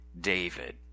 David